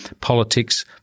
politics